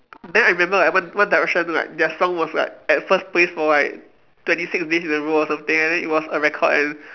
then I remember like one one direction like their song was like at first place for like twenty six days in a row or something and then it was a record and